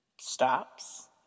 stops